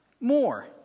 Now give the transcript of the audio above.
more